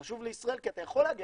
זה חשוב לישראל כי אתה יכול להגיע